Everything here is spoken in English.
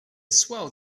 swell